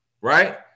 right